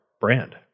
brand